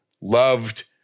loved